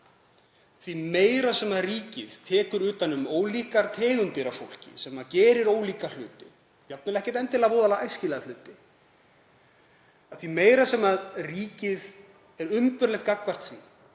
Því meira sem ríkið tekur utan um ólíkar tegundir af fólki sem gerir ólíka hluti, jafnvel ekkert endilega voðalega æskilega hluti, því meira sem ríkið er umburðarlynt gagnvart því,